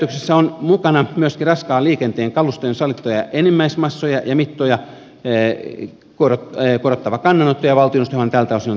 kehyspäätöksessä on mukana myöskin raskaan liikenteen kaluston sallittuja enimmäismassoja ja mittoja korottava kannanotto ja valtioneuvostohan tältä osin on tehnyt päätöksen